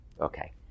Okay